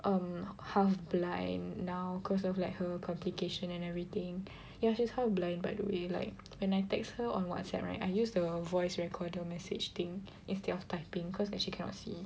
um I'm half blind now cause of like her complication and everything yeah she's half blind by the way like when I text her on Whatsapp right I use the voice recorder message thing instead of typing cause actually she cannot see